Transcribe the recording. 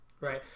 Right